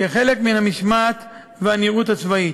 כחלק מן המשמעת והנראות הצבאית.